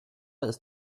ist